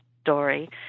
story